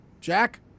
Jack